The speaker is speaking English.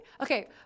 Okay